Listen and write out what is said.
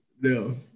no